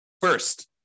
First